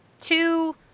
two